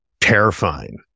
terrifying